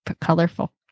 colorful